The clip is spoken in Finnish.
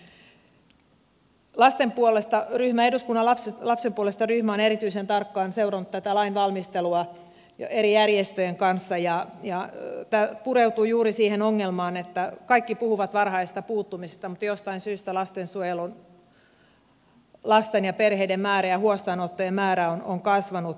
eduskunnan lapsen puolesta ryhmä on erityisen tarkkaan seurannut tätä lain valmistelua eri järjestöjen kanssa ja tämä pureutuu juuri siihen ongelmaan että kaikki puhuvat varhaisesta puuttumisesta mutta jostain syystä lastensuojelussa lasten ja perheiden määrä ja huostaanottojen määrä on kasvanut